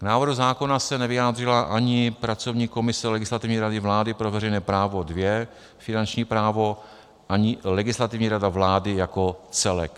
K návrhu zákona se nevyjádřila ani pracovní komise Legislativní rady vlády pro veřejné právo II finanční právo, ani Legislativní rada vlády jako celek.